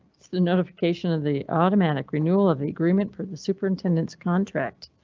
it's the notification of the automatic renewal of the agreement for the superintendent's contract.